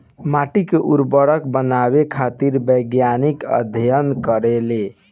माटी के उपजाऊ बनावे खातिर वैज्ञानिक अध्ययन करेले